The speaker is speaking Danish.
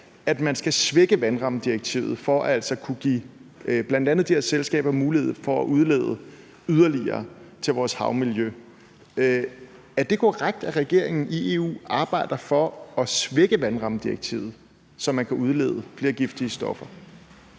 at man skal svække vandrammedirektivet for altså at kunne give bl.a. de her selskaber mulighed for at udlede yderligere til vores havmiljø. Er det korrekt, at regeringen i EU arbejder for at svække vandrammedirektivet, så man kan udlede flere giftige stoffer?